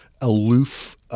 aloof